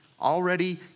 Already